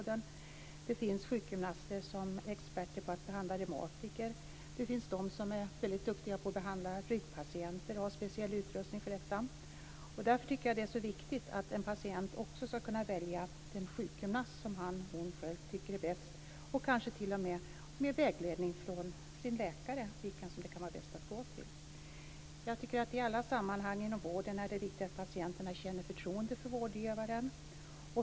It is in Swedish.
Det finns sjukgymnaster som är experter på att behandla reumatiker. Det finns de som är duktiga på att behandla ryggpatienter och har speciell utrustning för det. Därför är det viktigt att en patient skall kunna välja den sjukgymnast som han eller hon tycker är bäst, kanske t.o.m. med vägledning från sin läkare. I alla sammanhang inom vården är det viktigt att patienterna känner förtroende för vårdgivaren.